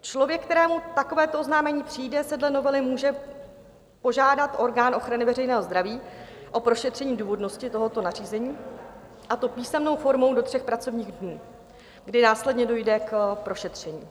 Člověk, kterému takovéto oznámení přijde, dle novely může požádat orgán ochrany veřejného zdraví o prošetření důvodnosti tohoto nařízení, a to písemnou formou do tří pracovních dnů, kdy následně dojde k prošetření.